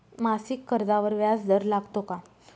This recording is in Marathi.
मासिक कर्जावर व्याज दर लागतो का?